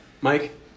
Mike